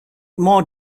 more